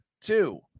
Two